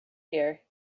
here